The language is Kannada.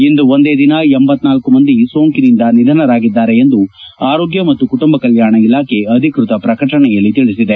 ಇಂದು ಒಂದೇ ದಿನ ಲಳ ಮಂದಿ ಸೋಂಕಿನಿಂದ ನಿಧನರಾಗಿದ್ದಾರೆ ಎಂದು ಆರೋಗ್ಯ ಮತ್ತು ಕುಟುಂಬ ಕಲ್ಯಾಣ ಇಲಾಖೆ ಅಧಿಕೃತ ಪ್ರಕಟಣೆಯಲ್ಲಿ ತಿಳಿಸಿದೆ